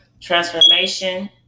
transformation